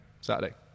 Saturday